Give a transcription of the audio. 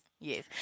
yes